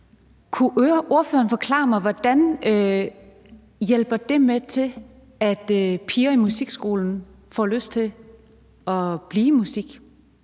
Kunne ordføreren forklare mig, hvordan det hjælper med til, at piger i musikskolen får lyst til at blive i musik